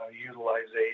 utilization